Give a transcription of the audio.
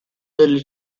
delle